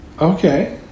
Okay